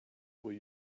were